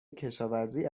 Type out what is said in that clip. کشاوزی